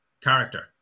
character